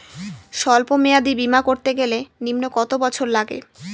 সল্প মেয়াদী বীমা করতে গেলে নিম্ন কত বছর লাগে?